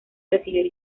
recibir